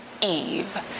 Eve